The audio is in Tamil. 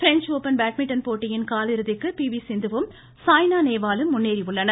ப்ரெஞ்ச் ஓபன் பேட்மிண்டன் போட்டியின் காலிறுதிக்கு பி வி சிந்துவும் சாய்னா நேவாலும் முன்னேறியுள்ளனர்